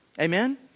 Amen